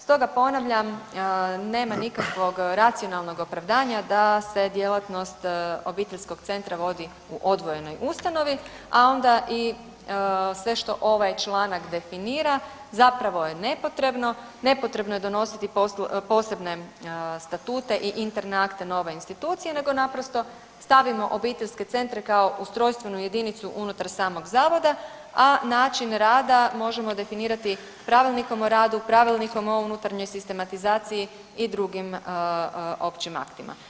Stoga ponavljam, nema nikakvog racionalnog opravdanja da se djelatnost obiteljskog centra vodi u odvojenoj ustanovi, a onda i sve što ovaj članak definira, zapravo je nepotrebno, nepotrebno je donositi posebne statute i interne akte nove institucije nego naprosto stavimo obiteljske centre kao ustrojstvenu jedinicu unutar samog Zavoda, a način rada možemo definirati pravilnikom o radu, pravilnikom o unutarnjoj sistematizaciji i drugim općim aktima.